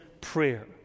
prayer